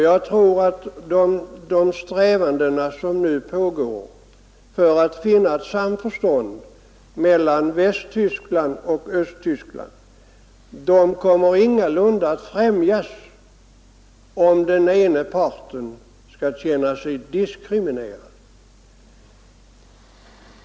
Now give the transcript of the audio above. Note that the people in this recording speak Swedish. Jag tror att de strävanden som nu finns för att nå ett samförstånd mellan Västtyskland och Östtyskland ingalunda kommer att främjas om den ena parten känner sig diskriminerad.